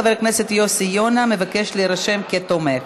חבר הכנסת יוסי יונה מבקש להירשם כתומך.